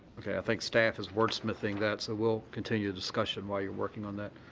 okay. i think staff is wordsmithing that, so we'll continue discussion while you're working on that.